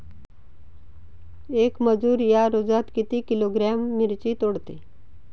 येक मजूर या रोजात किती किलोग्रॅम मिरची तोडते?